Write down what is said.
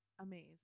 amazed